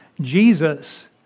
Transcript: Jesus